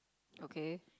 okay